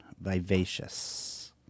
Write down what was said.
Vivacious